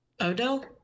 Odell